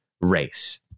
race